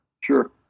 Sure